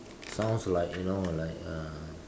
sounds like you know like uh